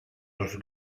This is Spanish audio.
los